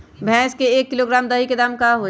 भैस के एक किलोग्राम दही के दाम का होई?